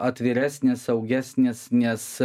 atviresnis saugesnis nes